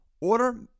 Order